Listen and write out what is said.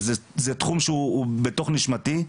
זה תחום שהוא בתוך נשמתי,